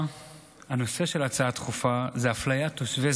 הנושא של ההצעה הדחופה זה אפליית תושבי